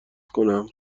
کنم